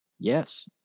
Yes